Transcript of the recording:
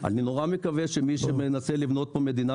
אני נורא מקווה שמי שמנסה לבנות כאן מדינה